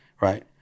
right